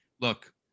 Look